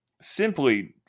simply